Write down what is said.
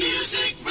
Music